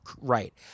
right